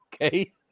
Okay